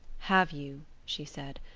have you she said,